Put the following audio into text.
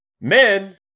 Men